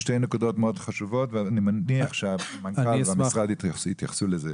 שתי נקודות מאוד חשובות ואני מניח שהמנכ"ל והמשרד יתייחסו לזה.